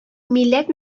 милләт